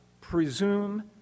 presume